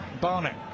Barnett